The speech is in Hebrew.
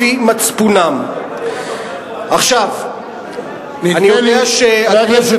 אם הממשלה לא מסכימה, כמובן יעמדו לרשותו